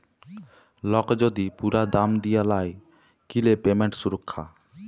lock যদি পুরা দাম দিয়া লায় কিলে পেমেন্ট সুরক্ষা